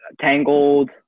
tangled